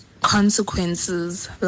consequences